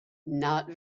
not